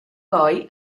poi